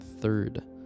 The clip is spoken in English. third